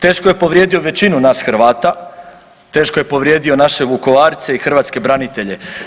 Teško je povrijedio većinu nas Hrvata, teško je povrijedio naše Vukovarce i hrvatske branitelje.